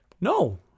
No